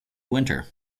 winter